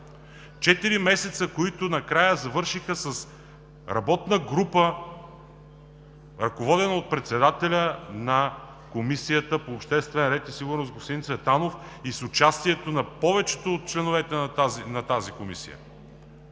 Четири месеца, които накрая завършиха с работна група, ръководена от председателя на Комисията по вътрешна сигурност и обществен ред господин Цветанов и с участието на повечето от членовете на тази комисия